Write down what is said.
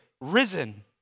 risen